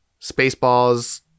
Spaceballs